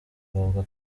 bavuga